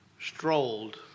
strolled